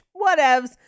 Whatevs